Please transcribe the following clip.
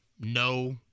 no